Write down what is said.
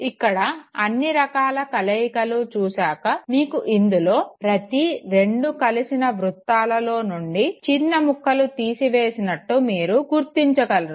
ఇక్కడ అన్నీ రకాల కలయికలు చూశాక మీకు ఇందులో ప్రతి రెండు కలిసిన వృథాలలో నుండి చిన్న ముక్కలు తీసివేసినట్టు మీరు చూడగలరు